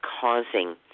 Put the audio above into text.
causing